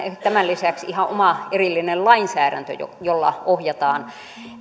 tämän lisäksi ihan oma erillinen lainsäädäntö jolla jolla ohjataan